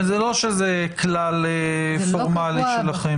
אבל שזה כלל פורמלי שלכם.